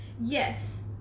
Yes